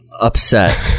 upset